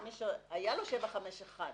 שמי שהיה לו 751